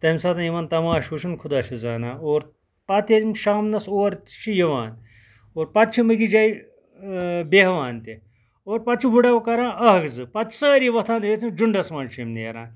تَمہِ ساتہٕ یِوان تَماشہٕ وُچھنہٕ خۄدا چھُ زانان اور پَتہٕ ییٚلہِ یِم شامنَس اورٕ چھِ یِوان اور پَتہٕ چھِ یِم أکِس جایہِ بیٚہوان تہِ اور پَتہٕ چھِ ؤڈو تہِ کران اکھ زٕ پَتہٕ چھِ سٲری وۄتھان تہٕ جُنڈَس منٛز چھِ یِم نیران